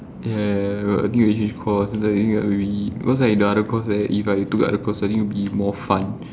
ya ya ya i think you change course cause like the other course like that if i took other course i think will be more fun